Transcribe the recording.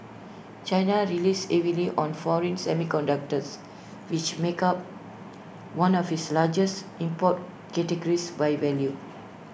China relies heavily on foreign semiconductors which make up one of this largest import categories by value